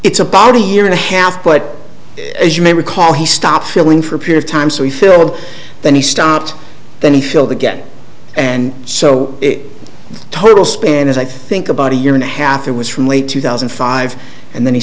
it's about a year and a half but as you may recall he stopped feeling for a period of time so he filled then he stopped then he filled again and so it total spent as i think about a year and a half it was from late two thousand and five and then he